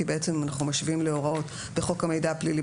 כי בעצם אנחנו משווים להוראות בחוק המידע הפלילי,